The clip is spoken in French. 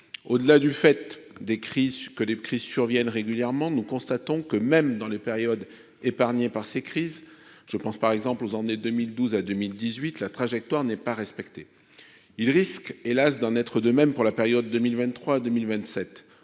au-delà du fait des crises que les crises surviennent régulièrement, nous constatons que, même dans les périodes épargné par ces crises, je pense par exemple aux années 2012 à 2018 la trajectoire n'est pas respectée, il risque hélas d'en être de même pour la période 2023 2027